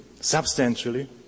substantially